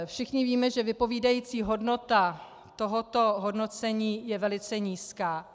Všichni víme, že vypovídací hodnota tohoto hodnocení je velice nízká.